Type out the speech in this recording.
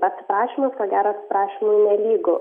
atsiprašymas ko gero atsiprašymui nelygu